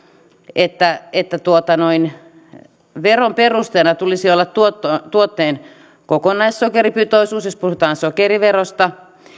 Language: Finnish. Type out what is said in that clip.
että että veron perusteena tulisi olla tuotteen tuotteen kokonaissokeripitoisuus jos puhutaan sokeriverosta